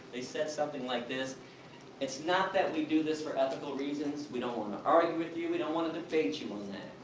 they said something like this it's not that we do this for ethical reasons, we don't want to argue with you, we don't want to debate you on that.